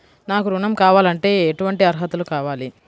నాకు ఋణం కావాలంటే ఏటువంటి అర్హతలు కావాలి?